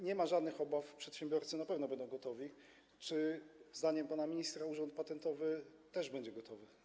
Nie ma żadnych obaw co do przedsiębiorców, bo oni na pewno będą gotowi, ale czy zdaniem pana ministra Urząd Patentowy też będzie gotowy?